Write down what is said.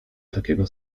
takiego